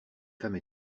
femme